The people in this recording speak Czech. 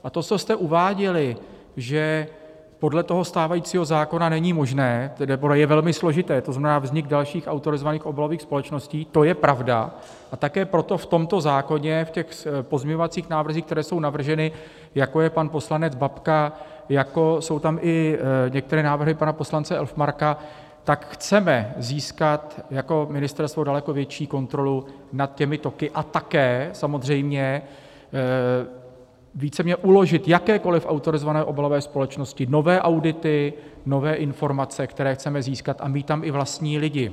A to, co jste uváděli, že podle toho stávajícího zákona není možné, nebo je velmi složité, to znamená vznik dalších autorizovaných obalových společností, to je pravda, a také proto v tomto zákoně, v těch pozměňovacích návrzích, které jsou navrženy, jako je pan poslanec Babka, jsou tam i některé návrhy pana poslanec Elfmarka, tak chceme získat jako ministerstvo daleko větší kontrolu nad těmi toky a také samozřejmě víceméně uložit jakékoliv autorizované obalové společnosti nové audity, nové informace, které chceme získat, a mít tam i vlastní lidi.